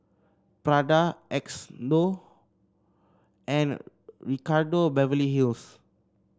Prada Xndo and Ricardo Beverly Hills